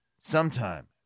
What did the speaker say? sometime